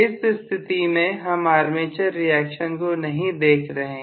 इस स्थिति में हम आर्मेचर रिएक्शन को नहीं देख रहे हैं